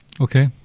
Okay